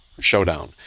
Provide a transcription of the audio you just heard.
showdown